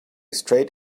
straight